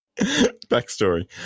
Backstory